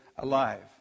alive